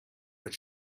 but